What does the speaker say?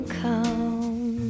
come